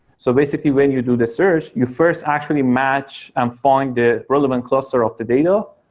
so basically when you do the search, you first actually match and find the relevant cluster of the data,